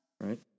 right